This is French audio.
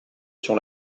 sur